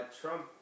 Trump